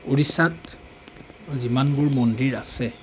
উৰিষ্যাত যিমানবোৰ মন্দিৰ আছে